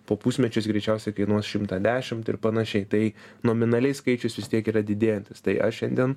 po pusmečio jis greičiausiai kainuos šimtą dešimt ir panašiai tai nominaliai skaičius vis tiek yra didėjantis tai aš šiandien